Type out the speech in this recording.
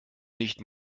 nicht